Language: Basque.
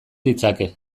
ditzake